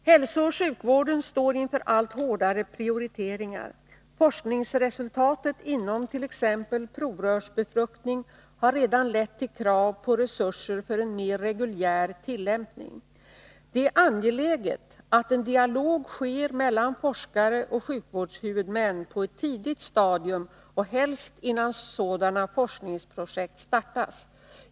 Hälsooch sjukvården står inför allt hårdare prioriteringar. Forskningsresultaten inom t.ex. provrörsbefruktning har redan lett till krav på resurser för en mer reguljär tillämpning. Det är angeläget att en dialog sker mellan forskare och sjukvårdshuvudmän på ett tidigt stadium och helst innan sådana forskningsprojekt startas.